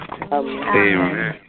Amen